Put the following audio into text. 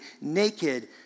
naked